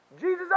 Jesus